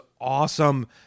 awesome